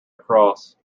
across